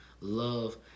love